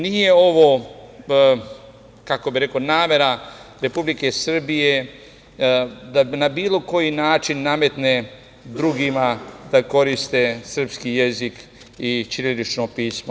Nije ovo, kako bih rekao, namera Republike Srbije da na bilo koji način nametne drugima da koriste srpski jezik i ćirilično pismo.